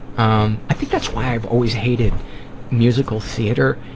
um i think that's why i've always hated musical theatre,